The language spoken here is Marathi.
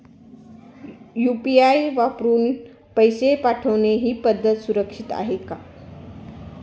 यु.पी.आय वापरून पैसे पाठवणे ही पद्धत सुरक्षित आहे का?